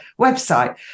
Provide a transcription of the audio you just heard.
website